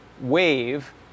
wave